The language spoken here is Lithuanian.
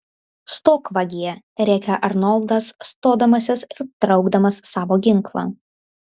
stok vagie rėkė arnoldas stodamasis ir traukdamas savo ginklą